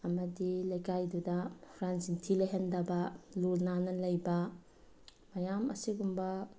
ꯑꯃꯗꯤ ꯂꯩꯀꯥꯏꯗꯨꯗ ꯍꯨꯔꯥꯟ ꯆꯤꯟꯊꯤ ꯂꯩꯍꯟꯗꯕ ꯂꯨ ꯅꯥꯟꯅ ꯂꯩꯕ ꯃꯌꯥꯝ ꯑꯁꯤꯒꯨꯝꯕ